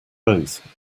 both